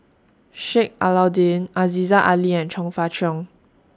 Sheik Alau'ddin Aziza Ali and Chong Fah Cheong